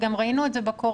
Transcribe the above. וגם ראינו את זה בקורונה,